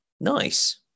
Nice